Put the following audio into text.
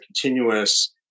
continuous